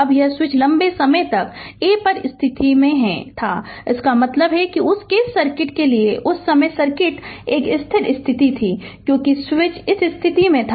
अब यह स्विच लंबे समय तक A पर स्थिति में था इसका मतलब है कि उस केस सर्किट के लिए उस समय सर्किट एक स्थिर स्थिति थी क्योंकि स्विच इस स्थिति में था